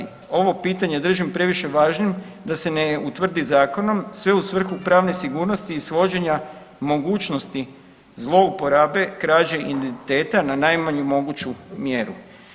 Ovo pitanje držim previše važnim da se ne utvrdi zakonom sve u svrhu pravne sigurnosti i svođenja mogućnosti zlouporabe krađe identiteta na najmanju moguću mjeru.